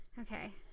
Okay